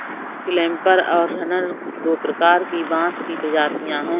clumper और runner दो प्रकार की बाँस की प्रजातियाँ हैं